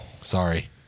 Sorry